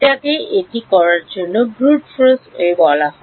এটাকেই এটি করার ব্রুট ফোর্স ওয়ে বলা হয়